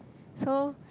so